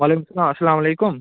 وَعلیکُم سَلام اَسَلام علیکُم